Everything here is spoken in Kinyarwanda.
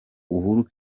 uhuru